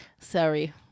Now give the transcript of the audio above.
Sorry